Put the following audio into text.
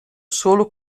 solo